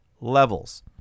levels